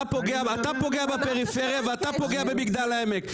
אתה פוגע בפריפריה ובמגדל העמק.